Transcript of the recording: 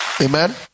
Amen